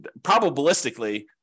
probabilistically